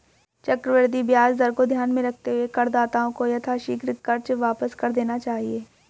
चक्रवृद्धि ब्याज दर को ध्यान में रखते हुए करदाताओं को यथाशीघ्र कर्ज वापस कर देना चाहिए